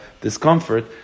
discomfort